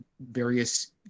various